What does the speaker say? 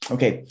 Okay